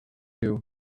two